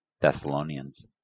Thessalonians